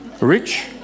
rich